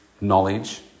knowledge